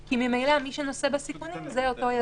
כי ממילא מי שנושא בסיכונים זה אותו יזם.